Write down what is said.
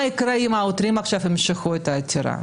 מה יקרה אם העותרים עכשיו ימשכו את העתירה?